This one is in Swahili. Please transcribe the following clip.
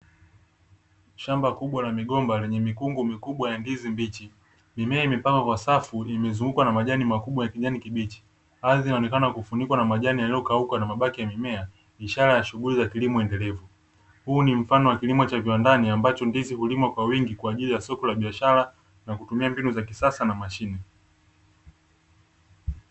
Shamba kubwa la migomba, lenye mikungu mikubwa ya ndizi mbichi, mimea imepangwa kwa safu, imezungukwa na majani makubwa ya kijani kibichi; ardhi inaonekana kufunikwa na majani yaliyokauka na mabaki ya mimea, ishara ya shughuli za kilimo endelevu. Huu ni mfano wa kilimo cha viwandani, ambacho ndizi hulimwa kwa wingi kwa ajili ya soko la biashara, na kutumia mbinu za kisasa na mashine.